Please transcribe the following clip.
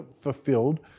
fulfilled